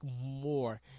more